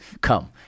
come